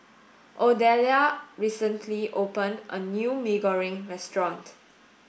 Odelia recently opened a new Mee Goreng restaurant